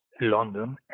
London